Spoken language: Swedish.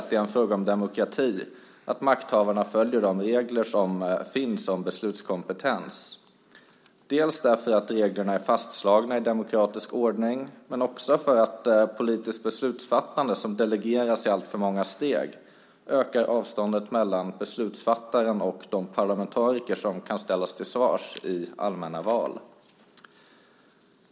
Det är en fråga om demokrati att makthavarna följer de regler som finns om beslutskompetens - dels för att reglerna är fastslagna i demokratisk ordning, dels för att politiskt beslutsfattande som delegeras i alltför många led ökar avståndet mellan beslutsfattaren och de parlamentariker som kan ställas till svars i allmänna val.